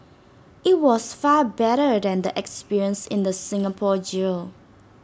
IT was far better than the experience in the Singapore jail